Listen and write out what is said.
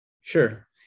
Sure